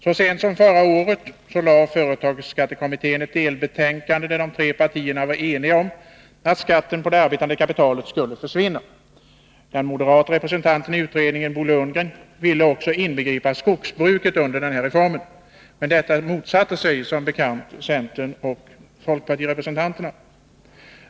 Så sent som förra året lade företagsskattekommittén fram ett delbetänkande, där de tre partierna var eniga om att skatten på det arbetande kapitalet skulle försvinna. Den moderata representanten i utredningen, Bo Lundgren, ville också inbegripa skogsbruket under denna reform, men detta motsatte sig som bekant centeroch folkpartirepresentanterna.